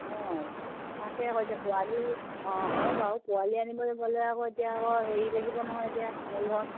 অঁ তাকে আকৌ এতিয়া পোৱালি অঁ হয় বাৰু পোৱালি আনিবলৈ গ'লে আকৌ এতিয়া আকৌ হেৰি লাগিব নহয় এতিয়া মূল ধন